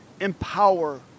empower